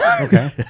Okay